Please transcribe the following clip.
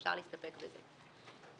אפשר להסתפק בזה.